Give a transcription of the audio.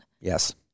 Yes